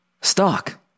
stock